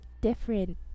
different